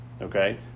okay